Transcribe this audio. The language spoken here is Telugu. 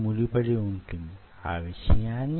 కూర్పు యేమిటి